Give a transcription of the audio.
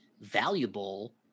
valuable